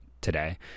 today